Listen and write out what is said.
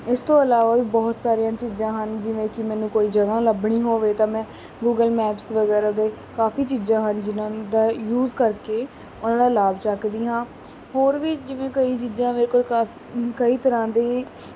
ਇਸ ਤੋਂ ਇਲਾਵਾ ਵੀ ਬਹੁਤ ਸਾਰੀਆਂ ਚੀਜ਼ਾਂ ਹਨ ਜਿਵੇਂ ਕਿ ਮੈਨੂੰ ਕੋਈ ਜਗ੍ਹਾ ਲੱਭਣੀ ਹੋਵੇ ਤਾਂ ਮੈਂ ਗੂਗਲ ਮੈਪਸ ਵਗੈਰਾ ਦੇ ਕਾਫੀ ਚੀਜ਼ਾਂ ਹਨ ਜਿਹਨਾਂ ਨੂੰ ਦਾ ਯੂਜ ਕਰਕੇ ਉਹਨਾਂ ਦਾ ਲਾਭ ਚੱਕਦੀ ਹਾਂ ਹੋਰ ਵੀ ਜਿਵੇਂ ਕਈ ਚੀਜ਼ਾਂ ਮੇਰੇ ਕੋਲ ਕਾਫੀ ਕਈ ਤਰ੍ਹਾਂ ਦੇ